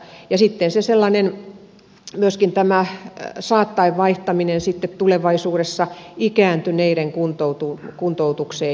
ja sitten tulee myöskin tämä saattaen vaihtaminen tulevaisuudessa ikääntyneiden kuntoutukseen